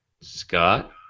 Scott